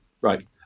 Right